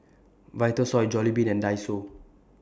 Vitasoy Jollibean and Daiso